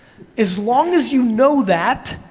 as long as you know that,